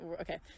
okay